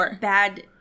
bad